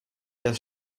das